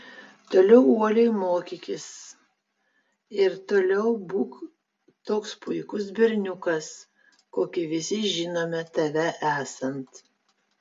toliau uoliai mokykis ir toliau būk toks puikus berniukas kokį visi žinome tave esant